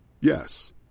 Yes